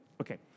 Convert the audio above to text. okay